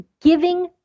giving